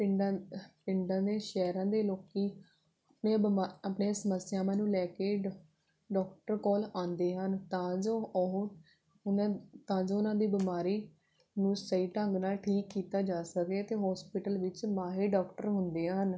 ਪਿੰਡਾਂ ਪਿੰਡਾਂ ਦੇ ਸ਼ਹਿਰਾਂ ਦੇ ਲੋਕ ਆਪਣੀਆਂ ਬਿਮਾ ਆਪਣੀਆਂ ਸਮੱਸਿਆਵਾਂ ਨੂੰ ਲੈ ਕੇ ਡਾਕ ਡਾਕਟਰ ਕੋਲ਼ ਆਉਂਦੇ ਹਨ ਤਾਂ ਜੋ ਉਹ ਉਨ੍ਹਾਂ ਤਾਂ ਜੋ ਉਨ੍ਹਾਂ ਦੀ ਬਿਮਾਰੀ ਨੂੰ ਸਹੀ ਢੰਗ ਨਾਲ ਠੀਕ ਕੀਤਾ ਜਾ ਸਕੇ ਅਤੇ ਹੋਸਪੀਟਲ ਵਿੱਚ ਮਾਹਿਰ ਡਾਕਟਰ ਹੁੰਦੇ ਹਨ